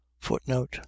footnote